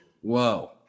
Whoa